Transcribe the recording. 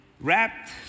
wrapped